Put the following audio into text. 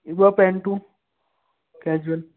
हीअ ॿ पेंटूं केज़ुअल